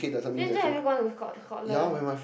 since when have you gone to scot~ Scotland